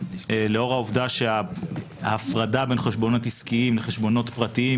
לאור העובדה שההפרדה בין חשבונות עסקיים לחשבונות פרטיים,